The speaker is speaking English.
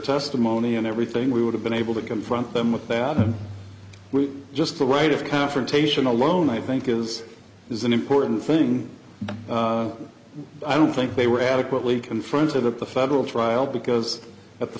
testimony and everything we would have been able to confront them with that in just the right of confrontation alone i think is is an important thing i don't think they were adequately confronted at the federal trial because at the